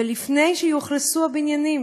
ולפני שיאוכלסו הבניינים,